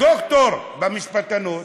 דוקטור למשפטנות,